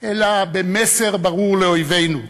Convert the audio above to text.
אלא במסר ברור לאויבינו: